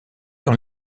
dans